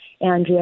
Andrea